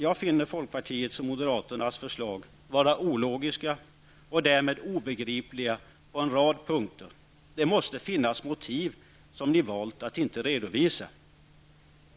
Jag finner folkpartiets och moderaternas förslag vara ologiska och därmed obegripliga på en rad punkter. Det måste finnas motiv som ni valt att inte redovisa.